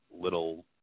little